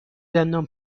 دندان